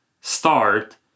start